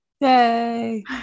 Yay